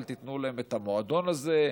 אל תיתנו להם את המועדון הזה,